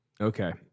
Okay